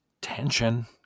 tension